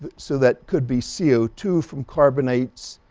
so that could be c o two from carbonates,